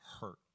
hurt